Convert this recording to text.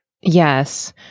Yes